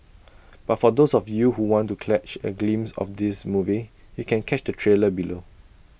but for those of you who want to catch A glimpse of the movie you can catch the trailer below